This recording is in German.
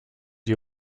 die